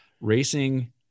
racing